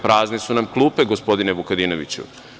Prazne su nam klupe, gospodine Vukadinoviću.